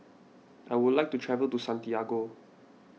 I would like to travel to Santiago